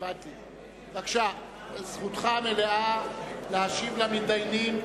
זכותך המלאה להשיב למתדיינים,